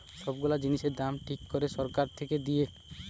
সব গুলা জিনিসের দাম ঠিক করে সরকার থেকে দেয়